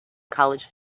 college